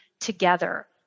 together